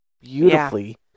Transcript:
beautifully